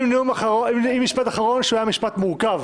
אם משפט אחרון שהיה משפט מורכב,